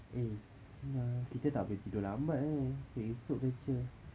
eh so tonight kita tak boleh tidur lambat ni besok kerja